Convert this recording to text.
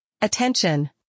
Attention